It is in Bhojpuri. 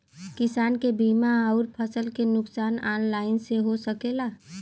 किसान के बीमा अउर फसल के नुकसान ऑनलाइन से हो सकेला?